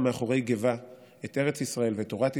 מאחורי גווה את ארץ ישראל ואת תורת ישראל.